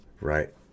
Right